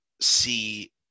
see –